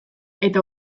eta